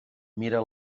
mira